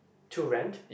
to rent